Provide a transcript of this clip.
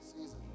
season